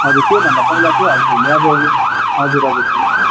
हजुर त्योभन्दा पहिला चाहिँ हजुरहरूले अब हजुर हजुर भन्नुहोस्